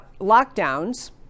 lockdowns